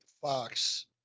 fox